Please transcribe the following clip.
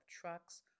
trucks